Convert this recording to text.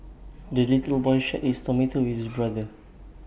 the little boy shared his tomato with his brother